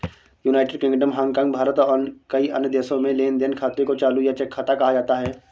United Kingdom, Hong, भारत और कई अन्य देशों में लेन देन खाते को चालू या चेक खाता कहा जाता है